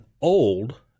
old